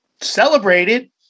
celebrated